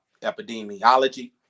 epidemiology